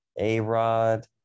A-rod